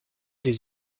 les